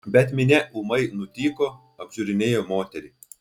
bet minia ūmai nutyko apžiūrinėjo moterį